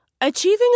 Achieving